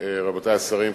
רבותי השרים,